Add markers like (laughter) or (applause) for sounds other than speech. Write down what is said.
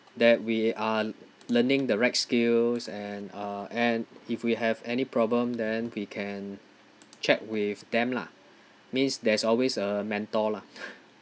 that we are learning the right skills and uh and if we have any problem then we can check with them lah means there's always a mentor lah (laughs)